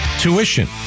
tuition